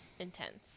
Intense